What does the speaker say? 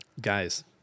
Guys